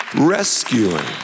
rescuing